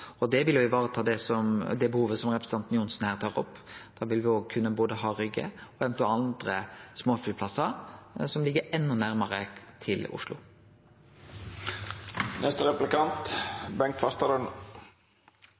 Det vil ivareta det behovet som representanten Johnsen tar opp. Da ville me kunne ha både Rygge og eventuelt andre småflyplassar som ligg enda